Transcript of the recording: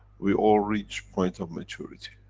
we all reach point of maturity,